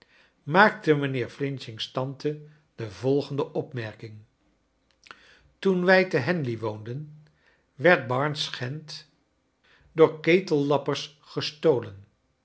maakte mijnheer f's tante de volgende opmerking toen wij te henley woonden werd barne's gent door ketellappers gestolen